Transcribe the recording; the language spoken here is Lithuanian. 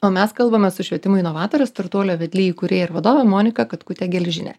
o mes kalbamės su švietimo inovatore startuolio vedlė įkūrėja ir vadove monika katkutė geližine